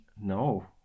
No